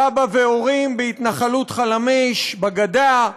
סבא והורים בהתנחלות חלמיש בגדה,